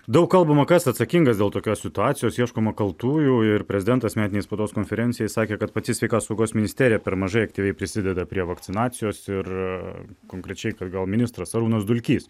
daug kalbama kas atsakingas dėl tokios situacijos ieškoma kaltųjų ir prezidentas metinėj spaudos konferencijoj sakė kad pati sveikatos apsaugos ministerija per mažai aktyviai prisideda prie vakcinacijos ir konkrečiai kad gal ministras arūnas dulkys